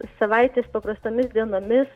savaitės paprastomis dienomis